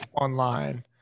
online